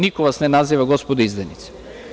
Niko vas ne naziva, gospodo, izdajnicima.